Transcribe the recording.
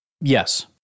Yes